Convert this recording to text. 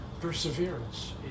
Perseverance